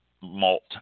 malt